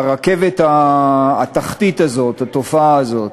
הרכבת התחתית הזאת, התופעה הזאת.